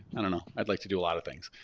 i don't know i'd like to do a lot of things.